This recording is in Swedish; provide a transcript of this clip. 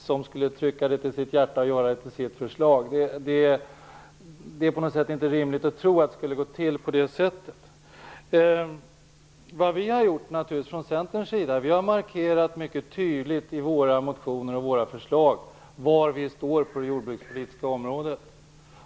Det är inte rimligt att tro att den skulle trycka det till sitt hjärta och göra det till sitt förslag. Vi har från Centerns sida i våra motioner och förslag mycket tydligt markerat var vi står på det jordbrukspolitiska området.